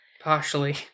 Partially